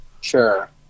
Sure